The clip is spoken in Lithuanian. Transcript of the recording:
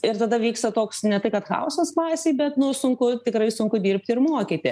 ir tada vyksta toks ne tai kad chaosas klasėj bet nu sunku tikrai sunku dirbti ir mokyti